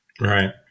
Right